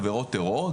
עבירות טרור,